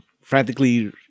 frantically